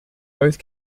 both